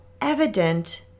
evident